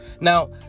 Now